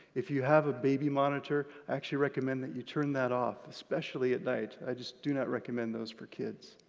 if you have a baby monitor, i actually recommend that you turn that off, especially at night. i just do not recommend those for kids.